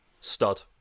stud